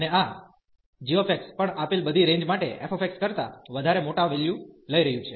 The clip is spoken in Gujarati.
અને આ gx પણ આપેલ બધી રેન્જ માટે f કરતા વધારે મોટા વેલ્યુ લઈ રહ્યું છે